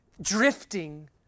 Drifting